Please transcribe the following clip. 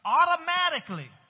automatically